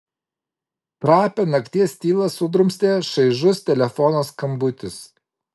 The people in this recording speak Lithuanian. trapią nakties tylą sudrumstė šaižus telefono skambutis